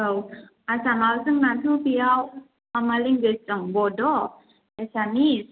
औ आच्छा मा जोंनाथ' बेयाव मा मा लेंगुवेज दं बड' एसामिस